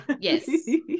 Yes